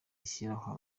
rishyiraho